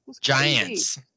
Giants